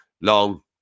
Long